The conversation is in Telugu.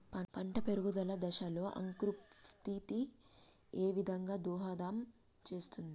పంట పెరుగుదల దశలో అంకురోత్ఫత్తి ఏ విధంగా దోహదం చేస్తుంది?